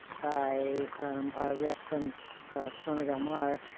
by our rep from corona del mar,